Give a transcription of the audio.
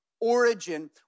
origin